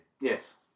Yes